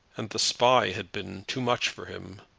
and the spy had been too much for him.